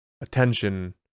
attention